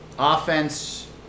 Offense